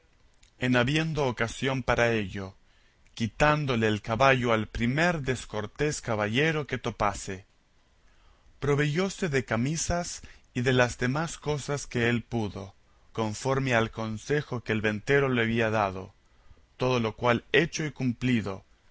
en habiendo ocasión para ello quitándole el caballo al primer descortés caballero que topase proveyóse de camisas y de las demás cosas que él pudo conforme al consejo que el ventero le había dado todo lo cual hecho y cumplido